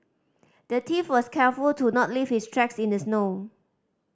the thief was careful to not leave his tracks in the snow